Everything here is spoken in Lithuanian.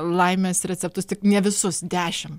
laimės receptus tik ne visus dešim